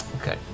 Okay